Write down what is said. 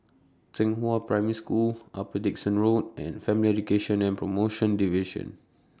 Zhenghua Primary School Upper Dickson Road and Family Education and promotion Division